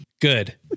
Good